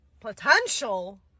Potential